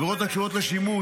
עבירות הקשורות לשימוש,